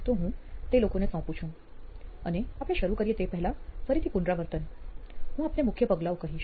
તો હું તે લોકોને સોંપું છું અને આપણે શરુ કરીએ તે પહેલા ફરીથી પુનરાવર્તન હું આપને મુખ્ય પગલાંઓ કહીશ